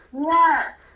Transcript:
yes